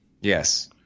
Yes